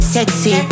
Sexy